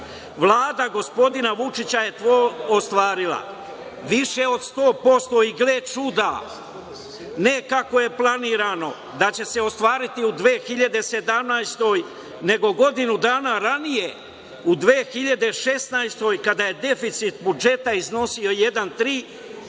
devet. Vlada gospodina Vučića je to ostvarila, više od 100% i gle čuda, ne kako je planirano da će se ostvariti u 2017. godini, nego godinu dana ranije, u 2016. godini, kada je deficit budžeta iznosio 1,3%